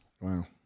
Wow